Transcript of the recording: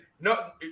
no